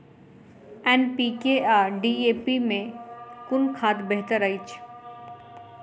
NPK आ DAP मे कुन खाद बेहतर अछि?